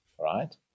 Right